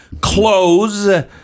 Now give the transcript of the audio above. Close